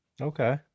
Okay